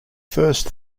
first